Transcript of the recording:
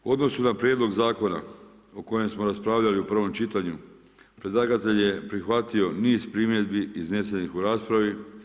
U odnosu na prijedlog zakona o kojem smo raspravljali u prvom čitanju predlagatelj je prihvatio niz primjedbi iznesenih u raspravi.